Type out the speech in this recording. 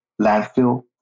landfill